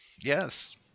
yes